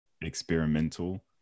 experimental